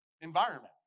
environment